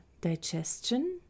digestion